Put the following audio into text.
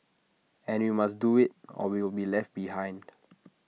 and we must do IT or we'll be left behind